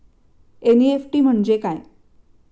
NEFT म्हणजे काय?